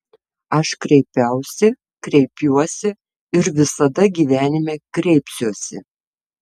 aš kreipiausi kreipiuosi ir visada gyvenime kreipsiuosi